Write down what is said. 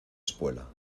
espuela